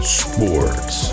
sports